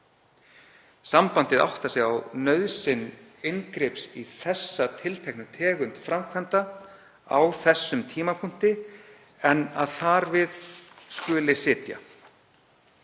Sambandið áttar sig á nauðsyn inngrips í þessa tilteknu tegund framkvæmda á þessum tímapunkti en að þar við skuli sitja.